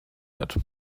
hat